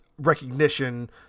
Recognition